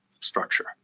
structure